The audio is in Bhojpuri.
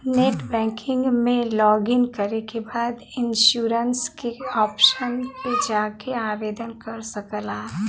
नेटबैंकिंग में लॉगिन करे के बाद इन्शुरन्स के ऑप्शन पे जाके आवेदन कर सकला